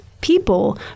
people